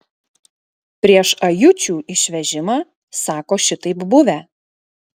prieš ajučių išvežimą sako šitaip buvę